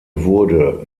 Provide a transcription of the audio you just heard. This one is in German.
wurde